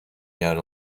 گرد